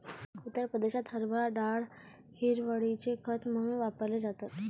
उत्तर प्रदेशात हरभरा डाळ हिरवळीचे खत म्हणून वापरली जाते